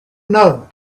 another